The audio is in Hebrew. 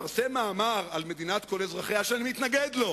יפרסם מאמר על מדינת כל אזרחיה, שאני מתנגד לו,